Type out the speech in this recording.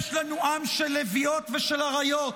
יש לנו עם של לביאות ושל אריות.